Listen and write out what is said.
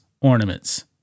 ornaments